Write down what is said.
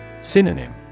Synonym